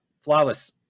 Flawless